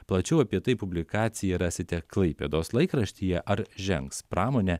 plačiau apie tai publikacija rasite klaipėdos laikraštyje ar žengs pramonė